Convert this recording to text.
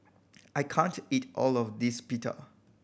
I can't eat all of this Pita